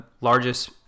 largest